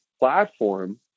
platform